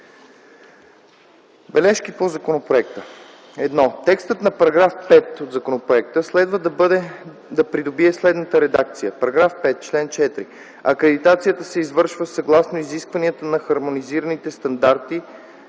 Бележки по законопроекта: 1.Текстът на § 5 от законопроекта следва да придобие следната редакция: „§ 5. Чл. 4. Акредитацията се извършва съгласно изискванията на хармонизираните стандарти,